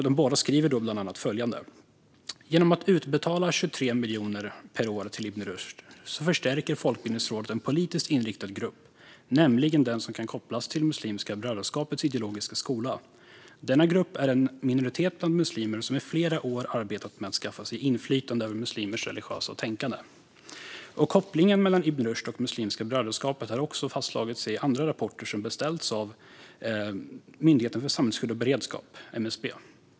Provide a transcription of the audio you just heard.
De skriver bland annat följande: "Genom att utbetala 23 miljoner/år till IR så förstärker FR en politiskt inriktad grupp, nämligen den som kan kopplas till Muslimska brödraskapets ideologiska skola . Denna grupp är en minoritet bland muslimer som i flera år arbetat med att skaffa sig inflytande över muslimers religiösa tänkande." Kopplingen mellan Ibn Rushd och Muslimska brödraskapet har fastslagits i andra rapporter som beställts av Myndigheten för samhällsskydd och beredskap, MSB.